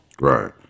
Right